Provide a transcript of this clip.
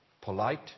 polite